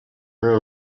una